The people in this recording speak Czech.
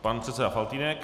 Pan předseda Faltýnek.